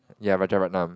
ya Rajaratnam